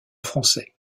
français